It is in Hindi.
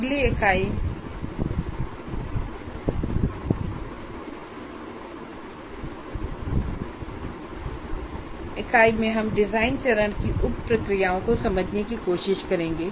अगली इकाई में हम डिजाइन चरण की उप प्रक्रियाओं को समझने की कोशिश करते हैं